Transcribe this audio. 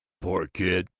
poor kid,